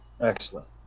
Excellent